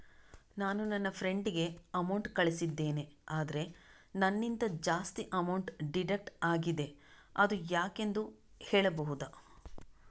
ನಾನು ನನ್ನ ಫ್ರೆಂಡ್ ಗೆ ಅಮೌಂಟ್ ಕಳ್ಸಿದ್ದೇನೆ ಆದ್ರೆ ನನ್ನಿಂದ ಜಾಸ್ತಿ ಅಮೌಂಟ್ ಡಿಡಕ್ಟ್ ಆಗಿದೆ ಅದು ಯಾಕೆಂದು ಹೇಳ್ಬಹುದಾ?